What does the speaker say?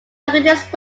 languages